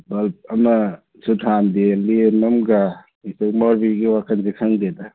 bulb ꯑꯃꯁꯨ ꯊꯥꯟꯗꯦ ꯂꯦꯝ ꯑꯝꯒ ꯏꯆꯧ ꯃꯧꯔꯨꯕꯤꯒꯤ ꯋꯥꯈꯟꯁꯦ ꯈꯪꯗꯦꯗ